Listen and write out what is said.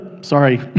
sorry